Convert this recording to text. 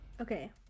Okay